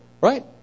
right